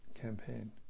campaign